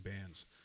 bands